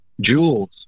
jewels